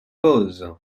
pose